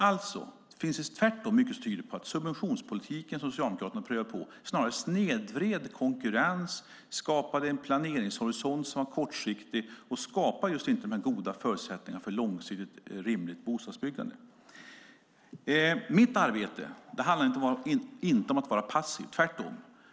Tvärtom finns det mycket som tyder på att den socialdemokratiska subventionspolitiken snarare snedvred konkurrensen, skapade en kortsiktig planeringshorisont och inte skapade de goda förutsättningarna för långsiktigt rimligt bostadsbyggande. Mitt arbete handlar inte om att vara passiv - tvärtom.